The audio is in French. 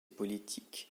politiques